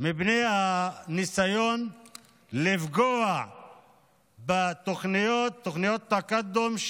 מפני הניסיון לפגוע בתוכניות תקאדום,